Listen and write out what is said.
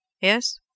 Yes